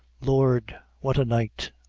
lord! what a night!